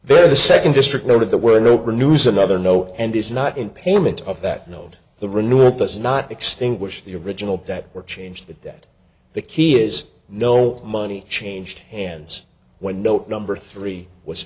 there the second district noted there were no good news another no and is not in payment of that note the renewal does not extinguish the original that or change the debt the key is no money changed hands when note number three was